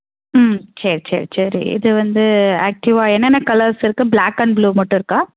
ம் சரி சரி சரி இது வந்து ஆக்டிவா என்ன என்ன கலர்ஸ் இருக்குது ப்ளாக் அண்ட் ப்ளூ மட்டும் இருக்கா